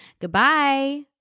Goodbye